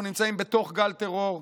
אנחנו נמצאים בתוך גל טרור,